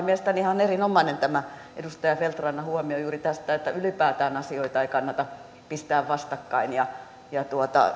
mielestäni ihan erinomainen tämä edustaja feldt rannan huomio juuri tästä että ylipäätään asioita ei kannata pistää vastakkain ja ja